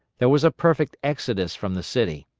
there was a perfect exodus from the city.